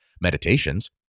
meditations